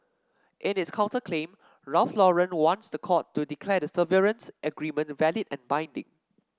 in its counterclaim Ralph Lauren wants the court to declare the severance agreement valid and binding